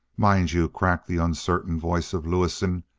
mind you, crackled the uncertain voice of lewison,